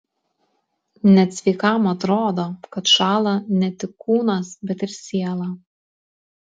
net sveikam atrodo kad šąla ne tik kūnas bet ir siela